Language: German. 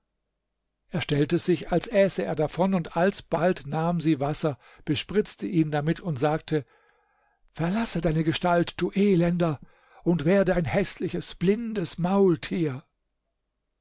er stellte sich als äße er davon und alsbald nahm sie wasser bespritzte ihn damit und sagte verlasse deine gestalt du elender und werde ein häßliches blindes maultier